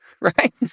right